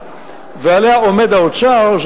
ועליה האוצר עומד,